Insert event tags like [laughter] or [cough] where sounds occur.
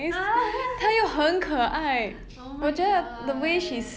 [noise] oh my god